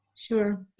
Sure